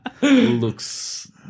looks